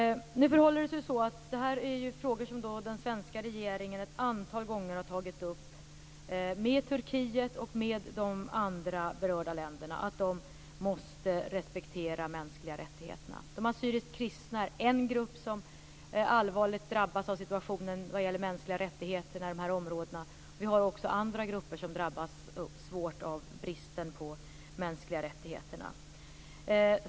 Nu förhåller det sig ju så att det här är frågor som den svenska regeringen ett antal gånger har tagit upp med Turkiet och med de andra berörda länderna; att de måste respektera de mänskliga rättigheterna. De assyriskt kristna är en grupp som allvarligt drabbas av situationen vad gäller mänskliga rättigheter i de här områdena. Vi har också andra grupper som drabbas svårt av bristen på mänskliga rättigheter.